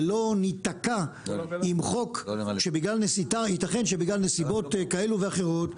ולא נתקע עם חוק שבגלל שייתכן שבגלל נסיבות כאלה ואחרות,